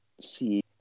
see